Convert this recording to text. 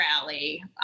Rally